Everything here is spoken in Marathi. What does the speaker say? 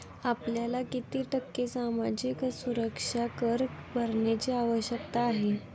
आपल्याला किती टक्के सामाजिक सुरक्षा कर भरण्याची आवश्यकता आहे?